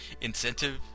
incentive